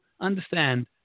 understand